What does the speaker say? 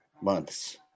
months